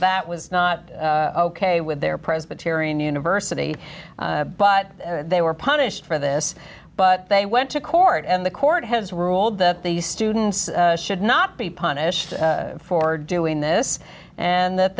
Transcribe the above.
that was not ok with their presbyterian university but they were punished for this but they went to court and the court has ruled that the students should not be punished for doing this and that